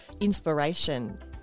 inspiration